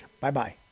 Bye-bye